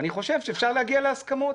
אני חושב שאפשר להגיע להסכמות